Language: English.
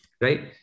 right